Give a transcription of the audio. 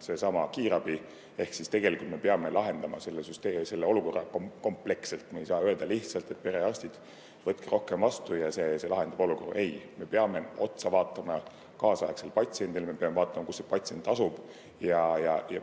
seesama kiirabi. Ehk siis tegelikult me peame lahendama selle olukorra kompleksselt. Me ei saa öelda lihtsalt, et perearstid, võtke rohkem vastu, ja see lahendab olukorra. Ei, me peame otsa vaatama kaasaegsele patsiendile, me peame vaatama, kus see patsient asub. Ja